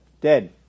Dead